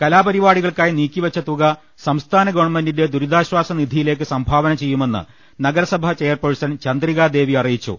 കലാപരി പാടികൾക്കായി നീക്കിവെച്ച തുക സംസ്ഥാന ഗവൺമെന്റിന്റെ ദുരിതാ ശ്വാസ നിധിയിലേക്ക് സംഭാവന ചെയ്യുമെന്ന് നഗരസഭാ ചെയർപേഴ്സൺ ചന്ദ്രികാ ദേവി അറിയിച്ചു